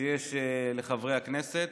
שיש לחברי הכנסת,